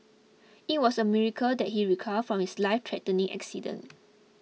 it was a miracle that he recovered from his lifethreatening accident